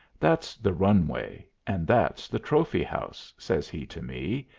that's the runway, and that's the trophy-house, says he to me,